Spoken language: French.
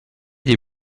des